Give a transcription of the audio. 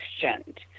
questioned